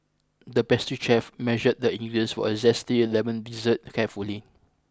the pastry chef measured the ingredients for a zesty lemon dessert carefully